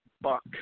buck